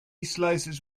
slices